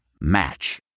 Match